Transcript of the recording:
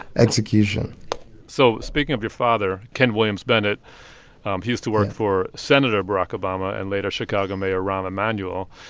execution so speaking of your father, ken williams-bennett, um he used to work for senator barack obama and, later, chicago mayor rahm emanuel.